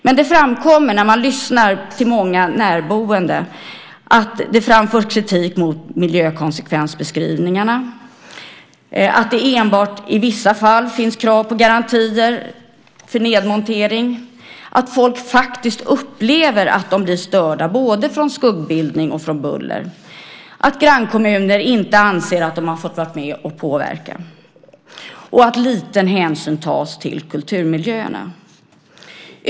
Men det framkommer, när man lyssnar på många närboende, kritik mot miljökonsekvensbeskrivningarna, att det enbart i vissa fall finns krav på garantier för nedmontering, att folk faktiskt upplever att de blir störda både av skuggbilder och av buller, att grannkommuner inte anser att de har fått vara med och påverka och att liten hänsyn tas till kulturmiljöerna.